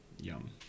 Yum